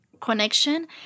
connection